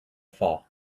fall